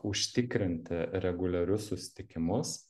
užtikrinti reguliarius susitikimus